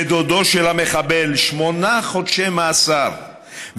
ודודו של המחבל שמונה חודשי מאסר,